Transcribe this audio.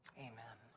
amen.